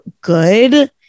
good